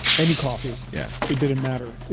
any coffee yeah it didn't matter.